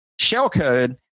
shellcode